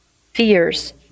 fears